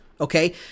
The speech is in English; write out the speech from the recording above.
okay